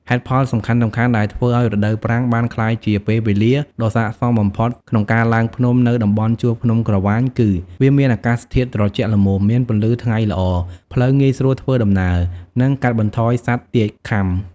ហេតុផលសំខាន់ៗដែលធ្វើឲ្យរដូវប្រាំងបានក្លាយជាពេលវែលាដ៏ស័ក្តិសមបំផុតក្នុងការឡើងភ្នំនៅតំបន់ជួរភ្នំក្រវាញគឺ វាមានអាកាសធាតុត្រជាក់ល្មម មានពន្លឺថ្ងៃល្អ ផ្លូវងាយស្រួលធ្វើដំណើរ និងកាត់បន្ថយសត្វទាកខាំ។